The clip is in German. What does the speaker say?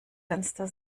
fenster